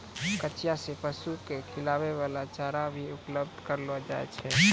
कचिया सें पशु क खिलाय वाला चारा भी उपलब्ध करलो जाय छै